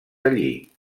allí